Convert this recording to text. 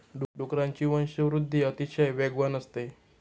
डुकरांची वंशवृद्धि अतिशय वेगवान असते